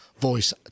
Voice